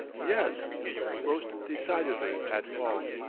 yes most decidedly at fault.